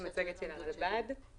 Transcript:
המלצות